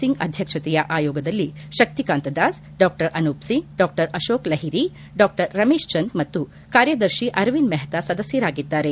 ಸಿಂಗ್ ಅಧ್ಯಕ್ಷತೆಯ ಆಯೋಗದಲ್ಲಿ ಶಕ್ತಿಕಾಂತ ದಾಸ್ ಡಾ ಅನೂಪ್ ಸಿಂಗ್ ಡಾ ಅಶೋಕ್ ಲಹಿರಿ ಡಾ ರಮೇಶ್ ಚಂದ್ ಮತ್ತು ಕಾರ್ಯದರ್ಶಿ ಅರವಿಂದ್ ಮೆಹ್ತಾ ಸದಸ್ನರಾಗಿದ್ದಾರೆ